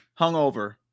hungover